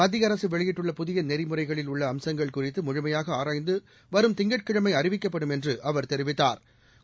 மத்திய அரசு வெளியிட்டுள்ள புதிய நெறிமுறைகளில் உள்ள அம்சங்கள் குறித்து முழுமையாக ஆராய்ந்து வரும் திங்கட்கிழமை அறிவிக்கப்படும் என்று அவா் தெரிவித்தாா்